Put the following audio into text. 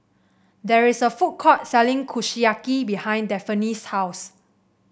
there is a food court selling Kushiyaki behind Daphne's house